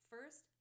First